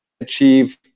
Achieve